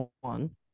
one